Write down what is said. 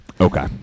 Okay